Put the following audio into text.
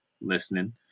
listening